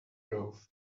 groove